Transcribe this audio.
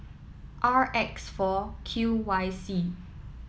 R X four Q Y C